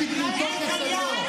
איזה אינטרסים את מייצגת ביש עתיד?